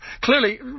Clearly